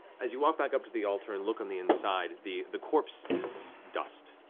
as you walk back up to the altar and look on the inside, the the corpse is dust.